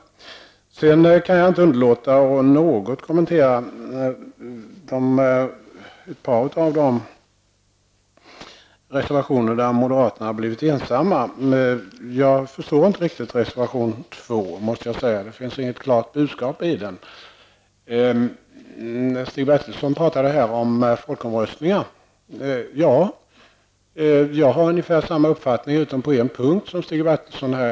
Jag kan inte underlåta att något kommentera ett par av de reservationer, som moderaterna ensamma står för. Jag förstår inte riktigt reservation nr 2; det finns inget klart budskap i denna. Stig Bertilsson talade här om folkomröstningar. Jag har ungefär samma uppfattning som han utom på en punkt.